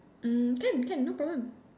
mm can can no problem